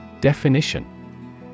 Definition